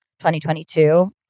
2022